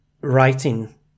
writing